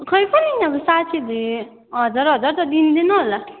खोई कुन्नि त अब साथीहरूले हजार हजार त दिँदैन होला